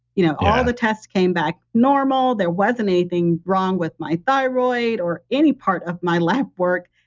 you know all the tests came back normal. there wasn't anything wrong with my thyroid or any part of my lab work.